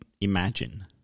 imagine